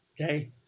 okay